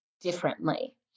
differently